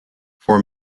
for